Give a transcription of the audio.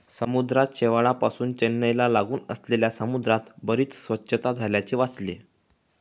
समुद्र शेवाळापासुन चेन्नईला लागून असलेल्या समुद्रात बरीच स्वच्छता झाल्याचे वाचले